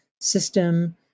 system